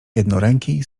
jednoręki